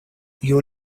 your